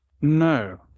no